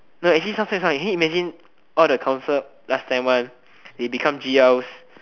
no actually sounds quite fun can you imagine all the council last time one they become g_ls